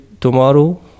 tomorrow